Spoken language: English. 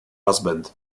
husband